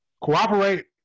cooperate